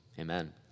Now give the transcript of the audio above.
amen